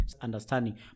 understanding